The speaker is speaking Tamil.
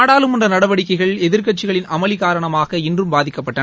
நாடாளுமன்றநடவடிக்கைகள் எதிர்க்கட்சிகளின் அமளிகாரணமாக இன்றும் பாதிக்கப்பட்டன